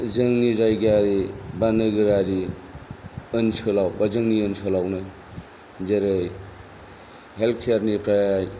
जोंनि जायगायारि बा नोगोरारि ओनसोलाव बा जोंनि ओनसोलावनो जेरै हेल्थकेयारनिफ्राय